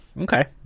Okay